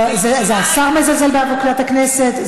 זה השר מזלזל בעבודת הכנסת,